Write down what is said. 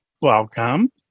Welcome